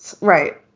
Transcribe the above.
Right